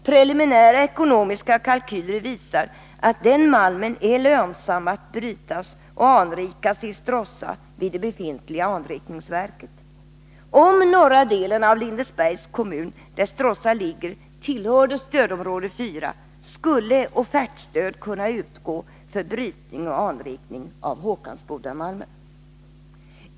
Preliminära ekonomiska kalkyler visar att det är lönsamt att bryta och anrika den malmen i Stråssa vid det befintliga anrikningsverket. Om norra delen av Lindesbergs kommun, där Stråssa ligger, tillhörde stödområde 4 skulle offertstöd kunna utgå för brytning och anrikning av Håkansbodamalmen.